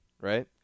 right